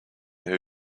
who